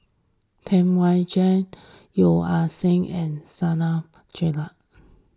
Tam Wai Jia Yeo Ah Seng and Nasir Jalil